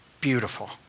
beautiful